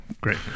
Great